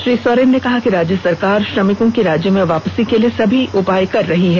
श्री सोरेन ने कहा कि राज्य सरकार श्रमिकों की राज्य में वापसी के लिए समी उपाय कर रही है